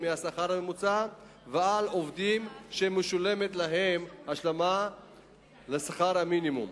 מהשכר הממוצע ועל העובדים שמשולמת להם השלמה לשכר המינימום.